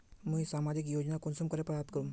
मुई सामाजिक योजना कुंसम करे प्राप्त करूम?